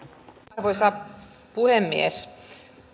arvoisa puhemies